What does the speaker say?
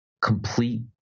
complete